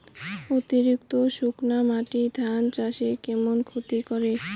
অতিরিক্ত শুকনা মাটি ধান চাষের কেমন ক্ষতি করে?